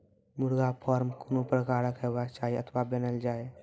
मुर्गा फार्म कून प्रकारक हेवाक चाही अथवा बनेल जाये?